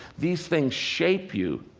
these things shape you.